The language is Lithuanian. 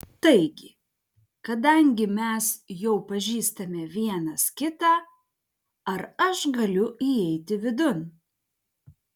taigi kadangi mes jau pažįstame vienas kitą ar aš galiu įeiti vidun